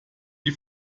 die